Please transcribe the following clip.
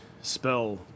spell